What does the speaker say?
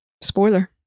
spoiler